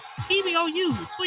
tbou